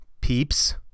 peeps